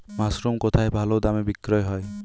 Mushroom কেথায় ভালোদামে বিক্রয় হয়?